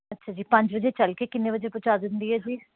ਅੱਛਾ ਜੀ ਪੰਜ ਵਜੇ ਚੱਲ ਕੇ ਕਿੰਨੇ ਵਜੇ ਪਹੁੰਚਾ ਦਿੰਦੀ ਹੈ ਜੀ